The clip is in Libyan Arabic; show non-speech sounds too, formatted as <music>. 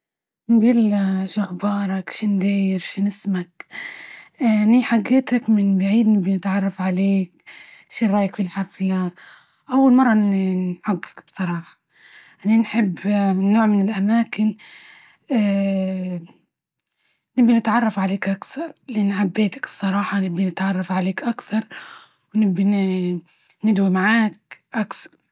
جله شو أخبارك؟ شن داير شن إسمك ؟ <hesitation> أني حجيتك من بعيد، نبى نتعرف عليك، شو رأيك في الحفلة أول مرة إني نحجج بصراحة أني نحب النوع من الأماكن. نبي نتعرف عليك أكثر، لأنى حبيتك الصراحة، نبي نتعرف عليك أكثر ونبى نجعدو معاك أكثر.